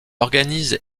organise